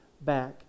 back